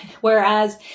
Whereas